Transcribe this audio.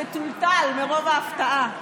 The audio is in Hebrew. תטולטל מרוב ההפתעה.